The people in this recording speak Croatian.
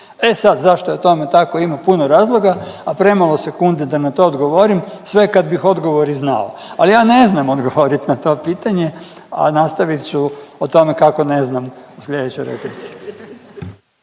E sad, zašto je tome tako, ima puno razloga, a premalo sekundi da na to odgovorim, sve kad bih odgovor i znao. Ali ja ne znam odgovorit na to pitanje, a nastavit ću o tome kako ne znam u slijedećoj replici.